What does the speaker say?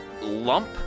lump